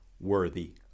worthy